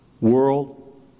world